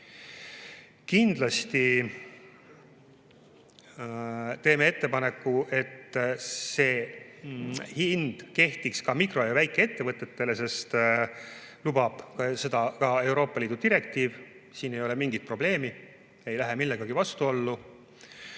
Kindlasti teeme ettepaneku, et see hind kehtiks ka mikro‑ ja väikeettevõtetele, sest seda lubab ka Euroopa Liidu direktiiv, siin ei ole mingit probleemi, see ei lähe millegagi vastuollu.